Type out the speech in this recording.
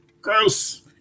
Gross